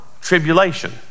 tribulation